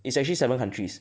it's actually seven countries